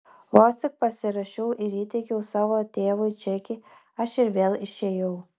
vos tik pasirašiau ir įteikiau savo tėvui čekį aš ir vėl išėjau